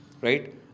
Right